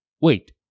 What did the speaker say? wait